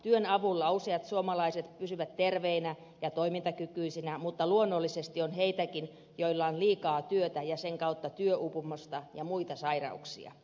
työn avulla useat suomalaiset pysyvät terveinä ja toimintakykyisinä mutta luonnollisesti on niitäkin joilla on liikaa työtä ja sen kautta työuupumusta ja muita sairauksia